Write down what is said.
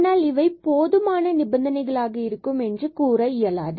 ஆனால் இவை போதுமான நிபந்தனைகள் ஆக இருக்கும் என்று கூற இயலாது